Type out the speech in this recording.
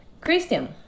Christian